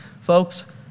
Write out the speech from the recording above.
folks